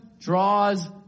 draws